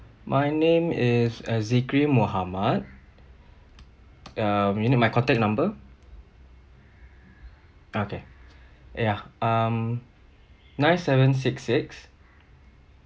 my name is uh zikri mohamad um you need my contact number okay ya um nine seven six six